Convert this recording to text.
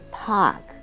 park